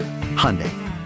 Hyundai